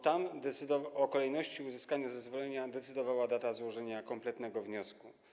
Tam o kolejności uzyskania zezwolenia decydowała data złożenia kompletnego wniosku.